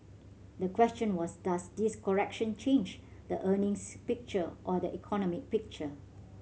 the question was does this correction change the earnings picture or the economic picture